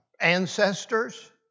ancestors